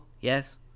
Yes